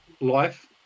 life